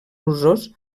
usos